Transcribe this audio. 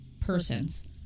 persons